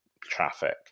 traffic